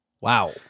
Wow